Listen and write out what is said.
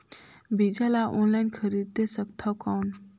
बीजा ला ऑनलाइन खरीदे सकथव कौन?